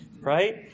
right